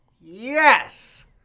Yes